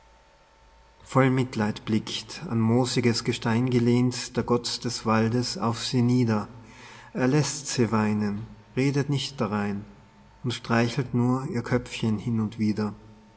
voll mitleid blickt an moosiges gestein gelehnt der gott des waldes auf sie nieder er läßt sie weinen redet nicht darein und streichelt nur ihr köpfchen hin und wieder